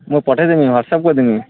ମୁଇଁ ପଠେଇଦେମି ହ୍ୱାଟ୍ସ୍ଅପ୍ କରିଦେମି